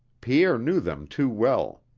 pierre knew them too well.